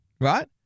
Right